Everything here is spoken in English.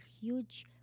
huge